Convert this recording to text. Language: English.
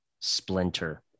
Splinter